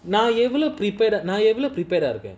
now you gonna prepare now you prepare out again